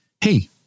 Hey